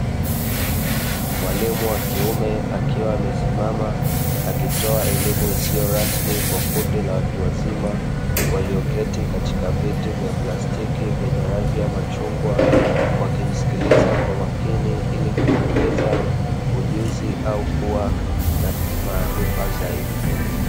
Mwalimu wa kiume akiwa amesimama akitoa elimu isiyo rasmi kwa kundi la watu wazima walio keti katika viti vya plastiki vyenye rangi ya machungwa, wakimsikiliza kwa makini ili kuongeza ujuzi au kuwa na maarifa zaidi.